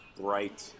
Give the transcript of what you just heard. bright